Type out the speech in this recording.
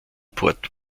port